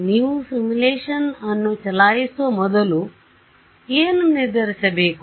ನೀವು ಸಿಮ್ಯುಲೇಶನ್ ಅನ್ನು ಚಲಾಯಿಸುವ ಮೊದಲು ನೀವು ಏನು ನಿರ್ಧರಿಸಬೇಕು